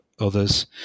others